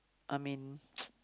I mean